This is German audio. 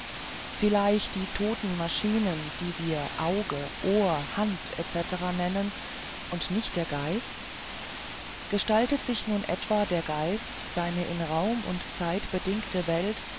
vielleicht die toten maschinen die wir auge ohr hand etc nennen und nicht der geist gestaltet sich nun etwa der geist seine in raum und zeit bedingte welt